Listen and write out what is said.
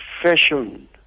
profession